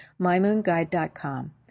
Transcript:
mymoonguide.com